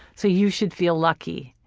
so you should feel lucky.